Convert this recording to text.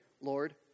Lord